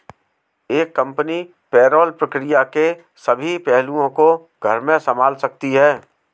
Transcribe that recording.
एक company payroll प्रक्रिया के सभी पहलुओं को घर में संभाल सकती है